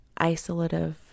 isolative